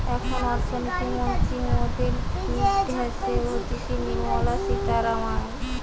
এখন অর্থনীতি মন্ত্রী মরদের ড্যাসে হতিছে নির্মলা সীতারামান